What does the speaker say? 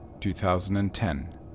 2010